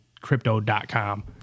Crypto.com